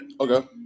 Okay